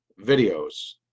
videos